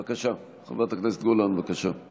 בבקשה, חברת הכנסת גולן, בבקשה.